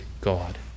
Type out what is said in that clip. God